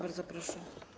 Bardzo proszę.